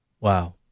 Wow